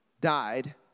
died